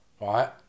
right